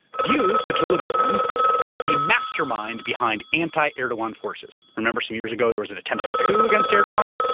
views fethullah gulen as the mastermind behind anti-erdogan forces. remember some years ago there was an attempted coup against erdogan?